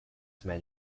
men